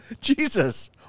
Jesus